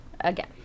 again